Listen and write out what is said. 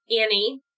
Annie